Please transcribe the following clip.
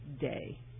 day